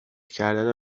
کردن